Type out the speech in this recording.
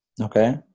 Okay